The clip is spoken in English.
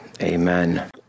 Amen